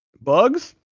Bugs